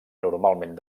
normalment